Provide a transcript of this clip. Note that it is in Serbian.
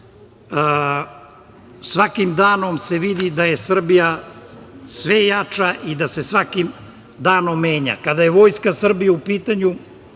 Svakim danom se vidi da je Srbija sve jača i da se svakim danom menja. Kada je Vojska Srbije u pitanju,